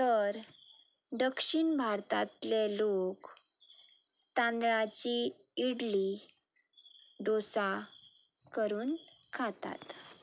तर दक्षिण भारतांतले लोक तांदळाची इडली डोसा करून खातात